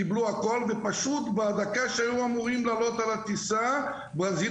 הם קבלו הכול ובדקה שהיו אמורים לעלות לטיסה ברזיל